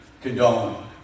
condone